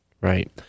Right